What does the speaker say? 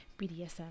BDSM